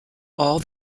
all